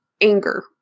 anger